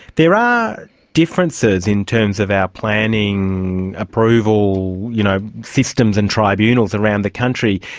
there are differences in terms of our planning approval you know systems and tribunals around the country,